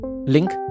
Link